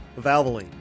Valvoline